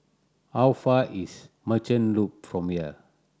how far is Merchant Loop from here